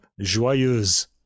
Joyeuse